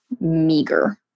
meager